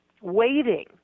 waiting